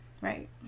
Right